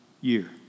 year